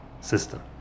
system